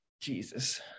jesus